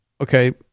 okay